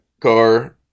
car